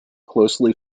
closely